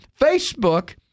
Facebook